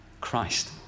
Christ